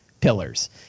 Pillars